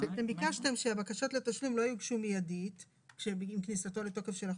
ביקשתם שהבקשות לתשלום לא יוגשו מידית עם כניסתו לתוקף של החוק,